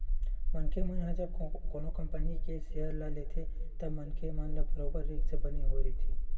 मनखे मन ह जब कोनो कंपनी के सेयर ल लेथे तब मनखे मन ल बरोबर रिस्क बने होय रहिथे